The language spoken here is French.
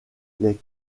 les